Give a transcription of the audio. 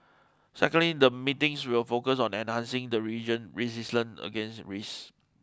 secondly the meetings will focus on enhancing the region resilience against risks